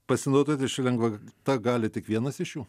pasinaudoti šia lengvata gali tik vienas iš jų